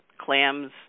clams